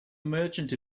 merchant